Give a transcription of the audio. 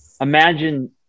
imagine